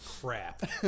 crap